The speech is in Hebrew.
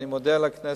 אני מודה לכנסת,